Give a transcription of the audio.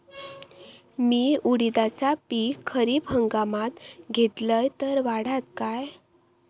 मी उडीदाचा पीक खरीप हंगामात घेतलय तर वाढात काय?